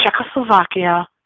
Czechoslovakia